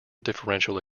differential